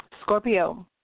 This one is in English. Scorpio